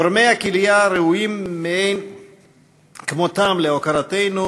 תורמי הכליה ראויים מאין כמותם להוקרתנו,